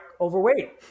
overweight